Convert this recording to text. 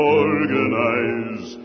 organize